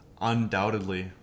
undoubtedly